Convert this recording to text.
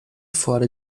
fora